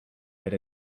that